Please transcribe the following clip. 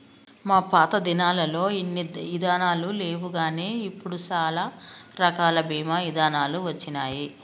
మా పాతదినాలల్లో ఇన్ని ఇదానాలు లేవుగాని ఇప్పుడు సాలా రకాల బీమా ఇదానాలు వచ్చినాయి